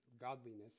godliness